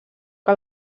que